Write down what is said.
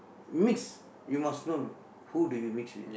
mix you must know who do you mix with